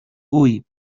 ull